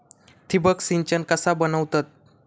ठिबक सिंचन कसा बनवतत?